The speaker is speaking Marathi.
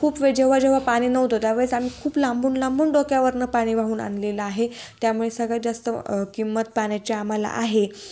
खूप वेळ जेव्हा जेव्हा पाणी नव्हतं त्यावेळेस आम्ही खूप लांबून लांबून डोक्यावरून पाणी वाहून आणलेलं आहे त्यामुळे सगळ्यात जास्त किंमत पाण्याची आम्हाला आहे